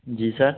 जी sir